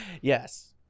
Yes